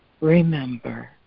Remember